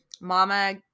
Mama